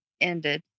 ended